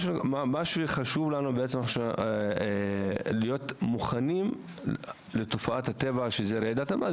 חשוב להיות מוכנים לתופעת הטבע של רעידת אדמה.